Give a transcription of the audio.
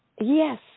Yes